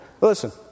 Listen